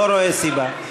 לא רואה סיבה.